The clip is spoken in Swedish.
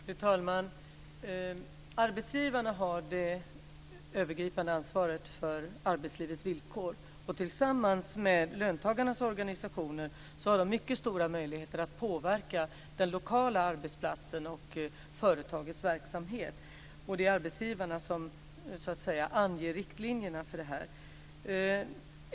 Fru talman! Arbetsgivarna har det övergripande ansvaret för arbetslivets villkor. Tillsammans med löntagarnas organisationer har de mycket stora möjligheter att påverka den lokala arbetsplatsen och företagets verksamhet, och det är arbetsgivarna som anger riktlinjerna för det här.